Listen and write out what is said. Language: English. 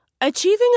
Achieving